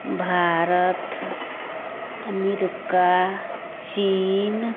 भारत अमरीका चीन